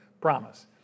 promise